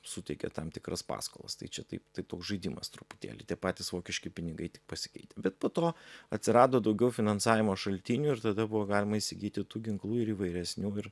suteikė tam tikras paskolas tai čia taip tai toks žaidimas truputėlį tie patys vokiški pinigai tik pasikeitę bet po to atsirado daugiau finansavimo šaltinių ir tada buvo galima įsigyti tų ginklų ir įvairesnių ir